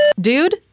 Dude